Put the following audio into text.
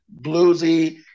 bluesy